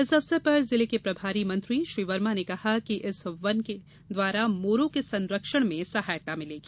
इस अवसर पर जिले के प्रभारी मंत्री श्री वर्मा ने कहा कि इस वन के द्वारा मोरों के संरक्षण में सहायता मिलेगी